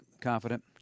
confident